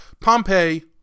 pompeii